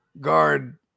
Guard